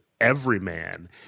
everyman